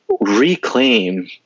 reclaim